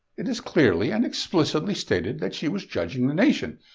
it is clearly and explicitly stated that she was judging the nation,